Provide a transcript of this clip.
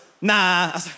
nah